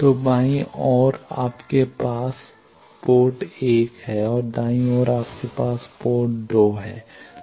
तो बाईं ओर आपके पास पोर्ट 1 है दाईं ओर आपके पास पोर्ट 2 है